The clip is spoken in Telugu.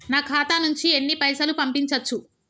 నా ఖాతా నుంచి ఎన్ని పైసలు పంపించచ్చు?